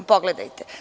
Pogledajte.